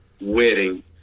wedding